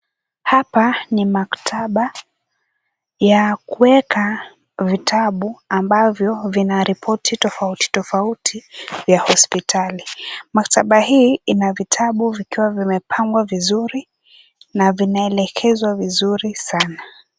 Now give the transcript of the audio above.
Hapa ni maktaba ya kuweka vitabu ambavyo vina ripoti tofauti tofauti ya hospitali. Maktaba hii ina vitabu vikiwa vimepangwa vizuri na vinaelekezwa vizuri sana.